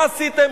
מה עשיתם?